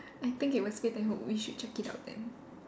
I think it was faith and hope we should check it out then